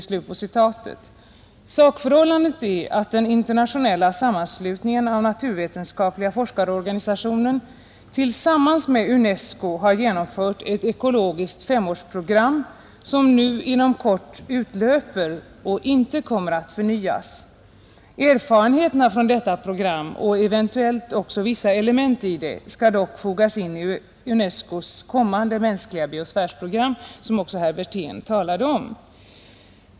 Sakförhållandet är att den internationella sammanslutningen av naturvetenskapliga forskarorganisationer tillsammans med UNESCO har genomfört ett ekologiskt femårsprogram som nu inom kort utlöper och inte kommer att förnyas. Erfarenheterna från detta program — och eventuellt även vissa element i det — skall dock fogas in i UNESCO:s kommande mänskliga biosfärsprogram, som även herr Wirtén talade om.